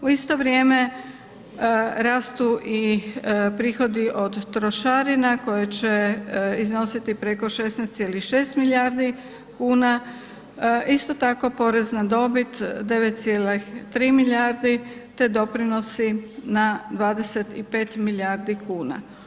U isto vrijeme rastu prihodi od trošarina koje će iznositi preko 16,6 milijardi kuna, isto tako porez na dobit 9,3 milijardi te doprinosi na 25 milijardi kuna.